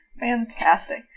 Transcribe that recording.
fantastic